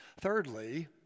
Thirdly